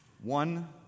one